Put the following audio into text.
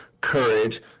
courage